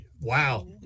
Wow